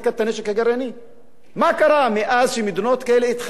מה קרה מאז שמדינות כאלה התחמשו בנשק הגרעיני?